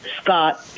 Scott